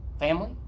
Family